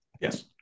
Yes